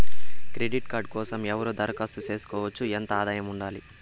Credit card కోసం ఎవరు దరఖాస్తు చేసుకోవచ్చు? ఎంత ఆదాయం ఉండాలి?